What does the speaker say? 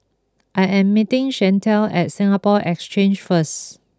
I am meeting Chantelle at Singapore Exchange first